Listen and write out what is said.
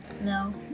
No